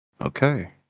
Okay